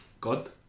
God